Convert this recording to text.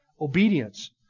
obedience